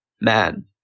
man